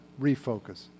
refocus